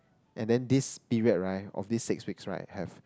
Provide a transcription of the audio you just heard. and then this period right of these six weeks right have